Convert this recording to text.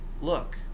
Look